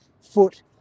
foot